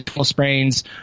sprains